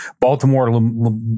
Baltimore